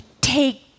take